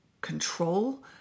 control